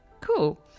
Cool